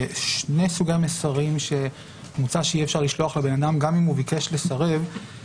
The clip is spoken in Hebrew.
שני סוגי מסרים שמוצע שאי-אפשר לשלוח לאדם גם אם ביקש לסרב,